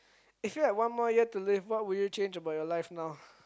if you have one more year to live what would you change about your life now